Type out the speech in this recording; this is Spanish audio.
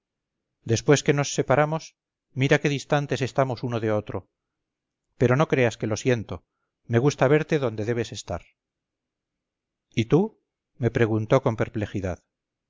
después que nos separamos mira qué distantes estamos uno de otro pero no creas que lo siento me gusta verte donde debes estar y tú me preguntó con perplejidad